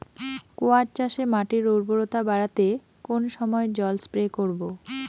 কোয়াস চাষে মাটির উর্বরতা বাড়াতে কোন সময় জল স্প্রে করব?